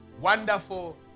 wonderful